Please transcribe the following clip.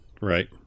Right